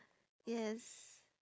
yes